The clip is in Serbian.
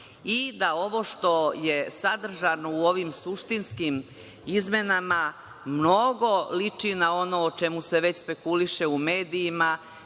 i da ono što je sadržano u ovim suštinskim izmenama mnogo liči na ono što se već spekuliše u medijima,